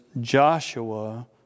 Joshua